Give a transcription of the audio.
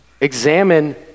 examine